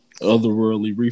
Otherworldly